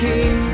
King